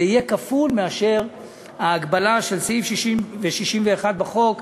שפרק הזמן יהיה כפול מההגבלה של סעיפים 60 ו-61 בחוק,